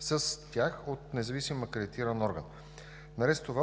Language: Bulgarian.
с тях от независим акредитиран орган. Наред с това